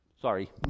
Sorry